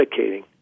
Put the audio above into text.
medicating